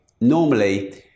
normally